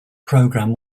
programme